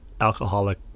alcoholic